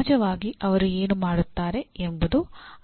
ಸಹಜವಾಗಿ ಅವರು ಏನು ಮಾಡುತ್ತಾರೆ ಎಂಬುದು